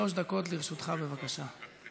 שלוש דקות לרשותך, בבקשה.